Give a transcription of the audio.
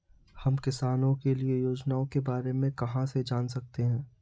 हम किसानों के लिए योजनाओं के बारे में कहाँ से जान सकते हैं?